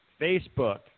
Facebook